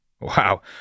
Wow